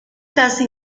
casi